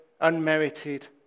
unmerited